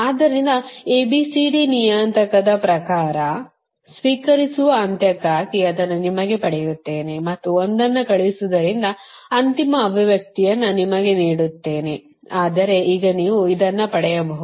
ಆದ್ದರಿಂದ A B C D ನಿಯತಾಂಕದ ಪ್ರಕಾರ ಆದ್ದರಿಂದ ಸ್ವೀಕರಿಸುವ ಅಂತ್ಯಕ್ಕಾಗಿ ಅದನ್ನು ನಿಮಗಾಗಿ ಪಡೆಯುತ್ತೇನೆ ಮತ್ತು ಒಂದನ್ನು ಕಳುಹಿಸುವುದರಿಂದ ಅಂತಿಮ ಅಭಿವ್ಯಕ್ತಿಯನ್ನು ನಿಮಗೆ ನೀಡುತ್ತೇನೆ ಆದರೆ ಈಗ ನೀವು ಇದನ್ನು ಪಡೆಯಬಹುದು